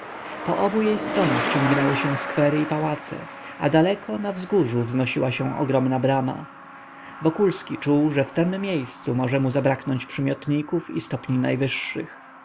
po obu jej stronach ciągnęły się skwery i pałace a daleko na wzgórzu wznosiła się ogromna brama wokulski czuł że w tem miejscu może mu zabraknąć przymiotników i stopni najwyższych